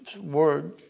word